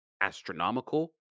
astronomical